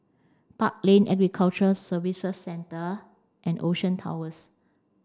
Park Lane Aquaculture Services Centre and Ocean Towers